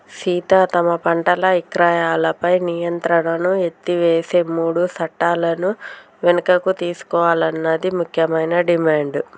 సీత తమ పంటల ఇక్రయాలపై నియంత్రణను ఎత్తివేసే మూడు సట్టాలను వెనుకకు తీసుకోవాలన్నది ముఖ్యమైన డిమాండ్